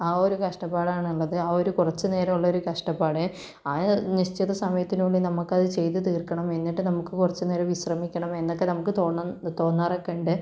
ആ ഒരു കഷ്ടപ്പാടാണ് ഉള്ളത് ആ ഒരു കുറച്ച് നേരം ഉള്ള ഒരു കഷ്ടപ്പാട് ആ നിശ്ചിത സമയത്തിനുള്ളിൽ നമുക്കത് ചെയ്തു തീർക്കണം എന്നിട്ട് നമുക്ക് കുറച്ചുനേരം വിശ്രമിക്കണം എന്നൊക്കെ നമുക്ക് തോന്നുന്നത് തോന്നാറൊക്കെയുണ്ട്